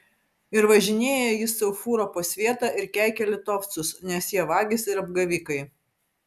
ir važinėja jis sau fūra po svietą ir keikia litovcus nes jie vagys ir apgavikai